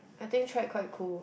I think trek quite cool